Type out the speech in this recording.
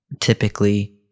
typically